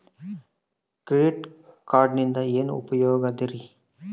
Credit ಕಾರ್ಡಿನಿಂದ ಏನು ಉಪಯೋಗದರಿ?